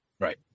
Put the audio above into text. Right